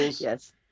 Yes